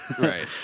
Right